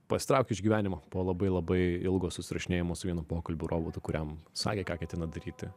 pasitraukė iš gyvenimo po labai labai ilgo susirašinėjimo su vienu pokalbių robotu kuriam sakė ką ketina daryti